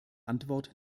antwort